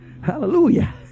hallelujah